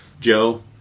joe